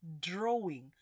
drawing